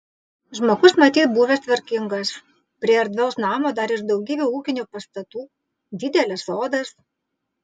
žmogus matyt buvęs tvarkingas prie erdvaus namo dar ir daugybė ūkinių pastatų didelis sodas